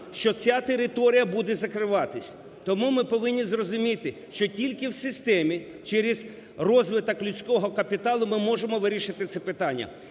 що ця територія буде закриватись. Тому ми повинні зрозуміти, що тільки в системі, через розвиток людського капіталу ми можемо вирішити це питання.